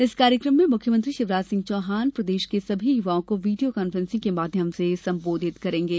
इस कार्यकम में मुख्यमंत्री शिवराज सिंह चौहान प्रदेश के सभी युवाओं को वीडियो कांफेंसिंग के माध्यम से संबोधित करेंगे